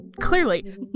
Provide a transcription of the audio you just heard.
Clearly